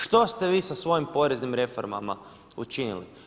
Što ste vi sa svojim poreznim reformama učinili?